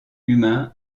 humain